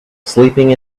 sleeping